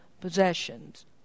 possessions